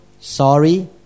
sorry